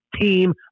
Team